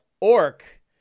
Orc